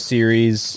Series